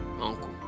uncle